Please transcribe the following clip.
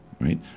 right